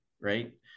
right